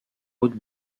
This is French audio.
haute